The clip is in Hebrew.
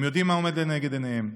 הם יודעים מה עומד לנגד עיניהם,